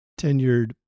tenured